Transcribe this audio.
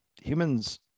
humans